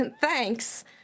thanks